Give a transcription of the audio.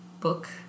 book